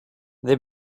they